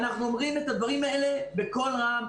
אנחנו אומרים את הדברים האלה בקול רם,